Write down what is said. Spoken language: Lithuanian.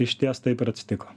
išties taip ir atsitiko